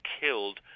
killed